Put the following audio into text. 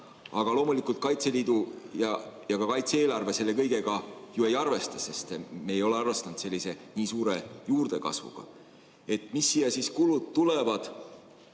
Aga loomulikult Kaitseliidu ja kaitse-eelarve selle kõigega ju ei arvesta, sest me ei ole arvestanud nii suure juurdekasvuga. Mis kulud siia tulevad?